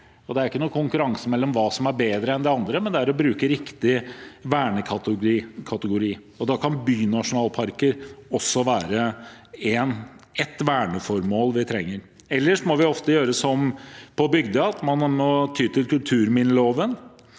Det er ikke noen konkurranse om hva som er bedre enn det andre, men det gjelder å bruke riktig vernekategori. Da kan bynasjonalparker også være et verneformål vi trenger. Ellers må vi ofte gjøre som på Bygdøy og ty til kulturminneloven